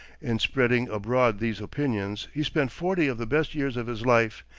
in spreading abroad these opinions he spent forty of the best years of his life,